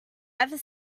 ever